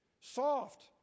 Soft